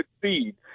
succeed